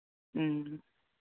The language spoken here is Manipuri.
ꯎꯝ